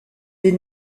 des